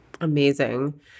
amazing